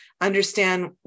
understand